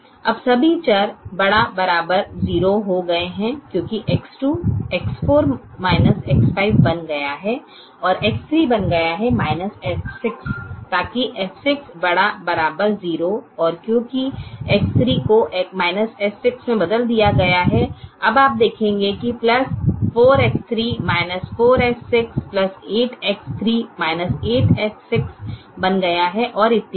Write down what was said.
अब सभी चर ≥ 0 हो गए हैं क्योंकि X2 यह X4 X5 बन गया है और X3 बन गया है X6 ताकि X6 ≥ 0 और क्योंकि X3 को X6 से बदल दिया गया है अब आप देखें कि 4X3 यह 4X6 8X3 यह 8X6 बन गया है और इत्यादि